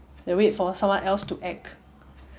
and wait for someone else to act